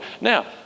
Now